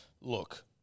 Look